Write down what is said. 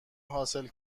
حاصل